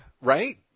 right